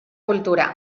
cultura